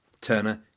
Turner